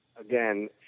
Again